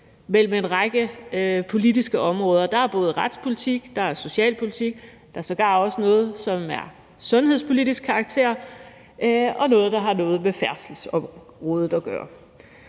mellem en række politiske områder. Der er både retspolitik, socialpolitik og sågar også noget, som er af sundhedspolitisk karakter, og så er der noget, der har noget med færdselsområdet at gøre.